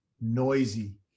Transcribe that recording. noisy